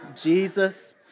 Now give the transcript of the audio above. Jesus